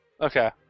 Okay